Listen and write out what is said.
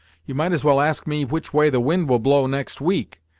you might as well ask me which way the wind will blow next week,